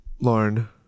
Lauren